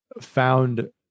found